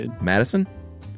Madison